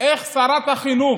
איך שרת החינוך,